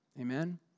Amen